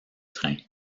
train